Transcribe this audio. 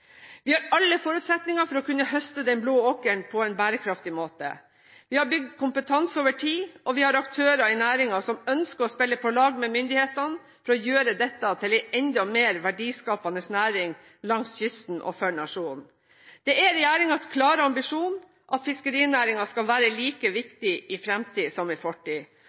Vi har alle forutsetninger for å kunne høste den blå åkeren på en bærekraftig måte. Vi har bygd kompetanse over tid, og vi har aktører i næringen som ønsker å spille på lag med myndighetene for å gjøre dette til en enda mer verdiskapende næring langs kysten og for nasjonen. Det er regjeringens klare ambisjon at fiskerinæringen skal være like viktig i fremtid som i fortid,